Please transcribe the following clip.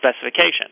specification